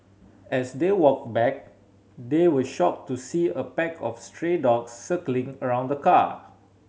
as they walked back they were shocked to see a pack of stray dogs circling around the car